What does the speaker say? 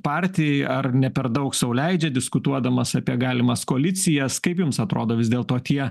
partijai ar ne per daug sau leidžia diskutuodamas apie galimas koalicijas kaip jums atrodo vis dėlto tie